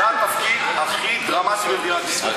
זה התפקיד הכי דרמטי במדינת ישראל.